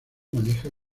maneja